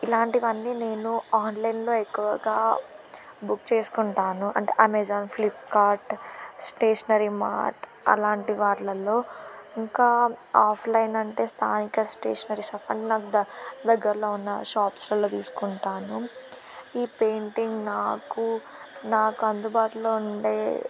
ఇలాంటివన్నీ నేను ఆన్లైన్లో ఎక్కువగా బుక్ చేసుకుంటాను అంటే అమెజాన్ ఫ్లిప్కార్ట్ స్టేషనరీ మార్ట్ అలాంటి వాటిలల్లో ఇంకా ఆఫ్లైన్ అంటే స్థానిక స్టేషనరీ షాప్ అని నాకు దగ్గరలో ఉన్న షాప్స్లలో తీసుకుంటాను ఈ పెయింటింగ్ నాకు నాకు అందుబాటులో ఉండే